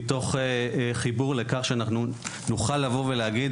מתוך חיבור לכך שאנחנו נוכל לבוא ולהגיד,